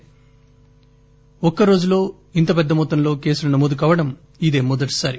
దేశంలో ఒక్కరోజులో ఇంత పెద్ద మొత్తంలో కేసులు నమోదు కావడం ఇదే మొదటిసారి